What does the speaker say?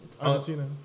Argentina